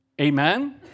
Amen